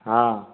ହଁ